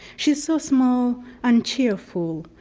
she's so small and cheerful.